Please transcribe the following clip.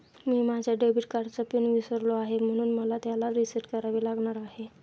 मी माझ्या डेबिट कार्डचा पिन विसरलो आहे म्हणून मला त्याला रीसेट करावे लागणार आहे